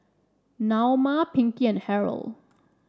Naoma Pinkie and Harrell